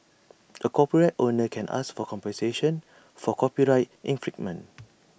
A copyright owner can ask for compensation for copyright infringement